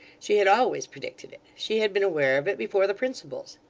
she had always predicted it. she had been aware of it before the principals.